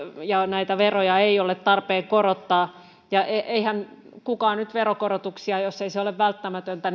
ja näitä veroja ei ole tarpeen korottaa ja eihän kukaan nyt halua veronkorotuksia jos ei se ole välttämätöntä